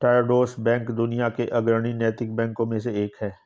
Triodos bank दुनिया के अग्रणी नैतिक बैंकों में से एक है